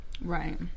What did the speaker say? Right